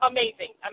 Amazing